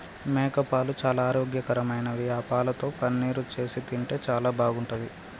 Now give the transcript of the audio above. మేకపాలు చాలా ఆరోగ్యకరమైనవి ఆ పాలతో పన్నీరు చేసి తింటే చాలా బాగుంటది